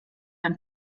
ein